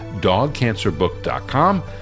dogcancerbook.com